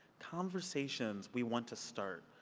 conversations we want to start.